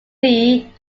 lee